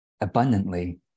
abundantly